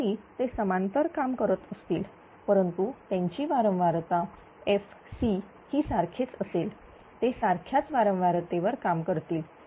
जरी ते समांतर काम करत असतील परंतु त्यांची वारंवारता fc ही सारखेच असेल ते सारख्याच वारंवारते वर काम करतील